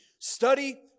study